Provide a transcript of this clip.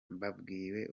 mbabwije